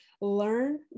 learn